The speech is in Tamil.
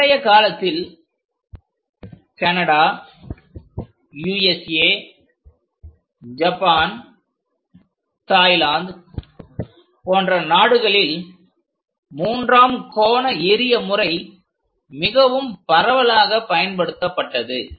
பண்டைய காலத்தில் கனடா USA ஜப்பான் தாய்லாந்து போன்ற நாடுகளில் மூன்றாம் கோண எறிய முறை மிகவும் பரவலாக பயன்படுத்தப்பட்டது